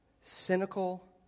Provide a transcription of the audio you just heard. cynical